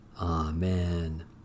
Amen